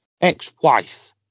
ex-wife